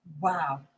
Wow